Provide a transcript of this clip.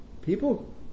People